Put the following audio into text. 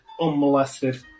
unmolested